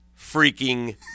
freaking